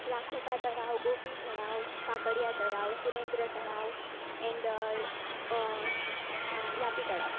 લાખોટા તળાવ ગોપી તળાવ કાંકરીયા તળાવ સુરેન્દ્ર તળાવ એન્ડ લાપી તળાવ